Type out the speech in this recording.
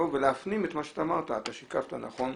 ולהפנים את מה שאתה אמרת, אתה שיקפת נכון,